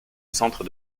centre